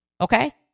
Okay